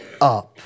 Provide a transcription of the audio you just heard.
up